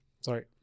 sorry